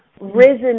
risen